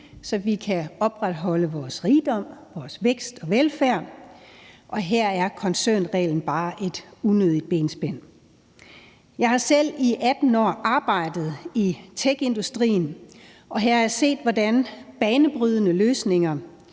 så vi kan opretholde vores rigdom, vækst og velfærd, og her er koncernreglen bare et unødigt benspænd. Jeg har selv i 18 år arbejdet i techindustrien, og her har jeg set, hvordan banebrydende løsninger,